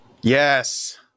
yes